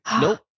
Nope